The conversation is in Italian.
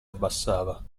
abbassava